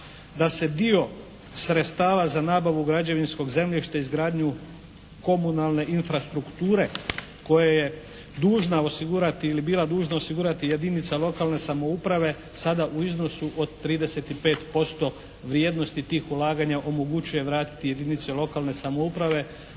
da se dio sredstava za nabavu građevinskog zemljišta, izgradnju komunalne infrastrukture koja je dužna osigurati ili bila dužna osigurati jedinica lokalne samouprave sada u iznosu od 35% vrijednosti tih ulaganja omogućuje vratiti jedinice lokalne samouprave.